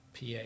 PA